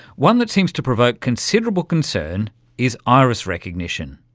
one that seems to provoke considerable concern is iris recognition.